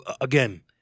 again